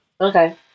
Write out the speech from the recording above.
Okay